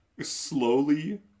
slowly